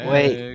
Wait